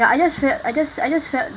ya I just felt I just I just felt